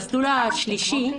עמיחי רצית לשאול שאלה?